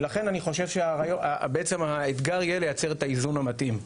ולכן אני חושב שהאתגר יהיה לייצר את האיזון המתאים.